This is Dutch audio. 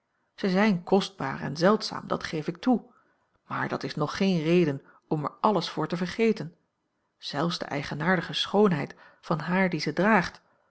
zij zijn kostbaar en zeldzaam dat geef ik toe maar dat is nog geen reden om er alles voor te vergeten zelfs de eigenaardige schoonheid van haar die ze draagt